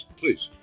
please